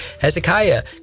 Hezekiah